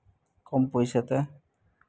ᱠᱚᱢ ᱯᱩᱭᱥᱟᱹᱛᱮ